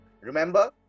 Remember